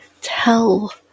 tell